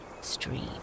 stream